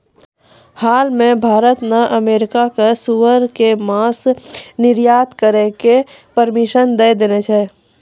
हाल मॅ भारत न अमेरिका कॅ सूअर के मांस निर्यात करै के परमिशन दै देने छै